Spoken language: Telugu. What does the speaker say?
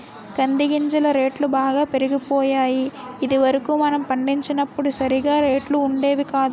కంది గింజల రేట్లు బాగా పెరిగిపోయాయి ఇది వరకు మనం పండించినప్పుడు సరిగా రేట్లు ఉండేవి కాదు